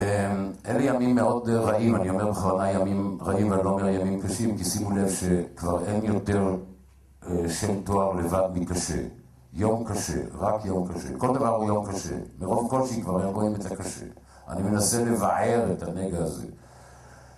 אלה ימים מאוד רעים, אני אומר בכוונה ימים רעים, ואני לא אומר ימים קשים כי שימו לב שכבר אין יותר שם תואר לבד מקשה. יום קשה, רק יום קשה, כל דבר הוא יום קשה. מרוב קושי כבר אין רואים את הקשה. אני מנסה לבער את הנגע הזה.